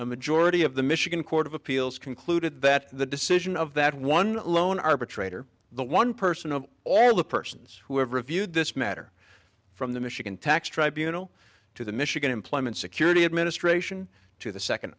a majority of the michigan court of appeals concluded that the decision of that one lone arbitrator the one person of all the persons who have reviewed this matter from the michigan tax tribunals to the michigan employment security administration to the second